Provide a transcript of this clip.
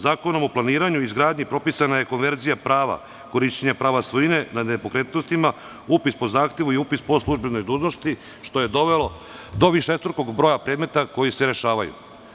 Zakonom o planiranju i izgradnji propisana je konverzija prava, korišćenja prava svojine nad nepokretnostima, upisa po zahtevu i upis po službenoj dužnosti, što je dovelo do višestrukog broja predmeta koji se rešavaju.